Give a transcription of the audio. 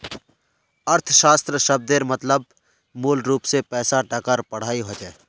अर्थशाश्त्र शब्देर मतलब मूलरूप से पैसा टकार पढ़ाई होचे